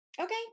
Okay